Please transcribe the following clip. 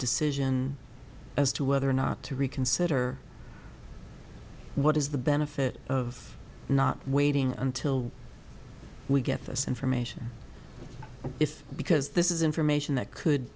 decision as to whether or not to reconsider what is the benefit of not waiting until we get this information if because this is information that could